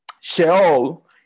Sheol